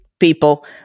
people